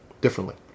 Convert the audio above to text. differently